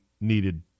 needed